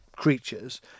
Creatures